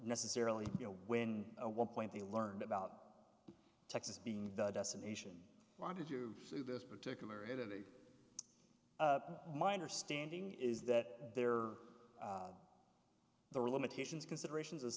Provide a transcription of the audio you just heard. necessarily you know when a one point they learned about texas being the destination why did you see this particular it a minor standing is that they're the real limitations considerations as